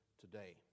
today